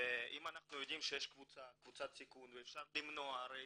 ואם אנחנו יודעים שיש קבוצת סיכון, והרי